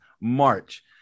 March